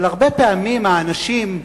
אבל הרבה פעמים האנשים,